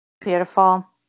Beautiful